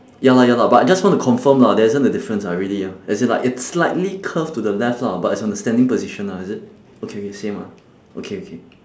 ya lah ya lah but I just want to confirm lah there isn't a difference ah really ah as in like it's slightly curved to the left lah but it's on the standing position lah is it okay same ah okay okay